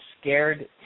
scared